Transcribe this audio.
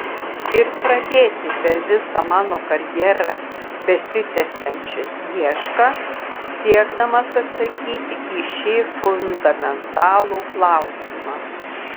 ir pradėti per visą mano karjerą besitęsiančią iešką siekdamas atsakyti į šį fundamentalų klausimą